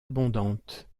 abondante